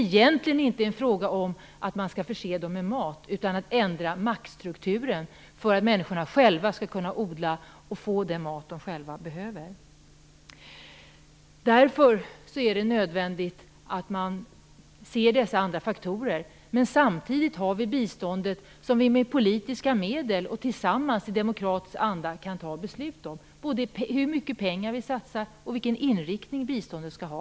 Egentligen är det inte fråga om att förse dem med mat, utan det handlar om att ändra maktstrukturen så att människorna själva skall kunna odla och få den mat de behöver. Det är nödvändigt att se på dessa andra faktorer, men samtidigt har vi biståndet, som vi med politiska medel tillsammans i demokratisk anda kan fatta beslut om. Det gäller både hur mycket pengar vi satsar och vilken inriktning biståndet skall ha.